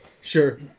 sure